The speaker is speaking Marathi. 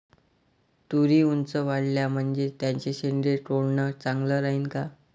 तुरी ऊंच वाढल्या म्हनजे त्याचे शेंडे तोडनं चांगलं राहीन का?